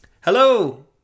Hello